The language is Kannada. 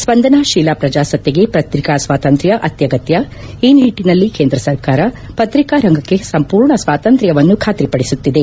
ಸ್ಪಂದನಾತೀಲ ಪ್ರಜಾಸತ್ತೆಗೆ ಪ್ರತಿಕಾ ಸ್ವಾತಂತ್ರ್ಯ ಆತ್ಯಗತ್ಯ ಈ ನಿಟ್ಟನಲ್ಲಿ ಕೇಂದ್ರ ಸರ್ಕಾರ ಪತ್ರಿಕಾ ರಂಗಕ್ಕೆ ಸಂಪೂರ್ಣ ಸ್ನಾತಂತ್ರ್ವವನ್ನು ಖಾತ್ರಿಪಡಿಸುತ್ತಿದೆ